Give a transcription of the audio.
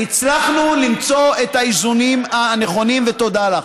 הצלחנו למצוא את האיזונים הנכונים, ותודה לך.